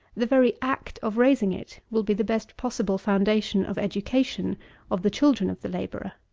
the very act of raising it will be the best possible foundation of education of the children of the labourer